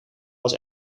was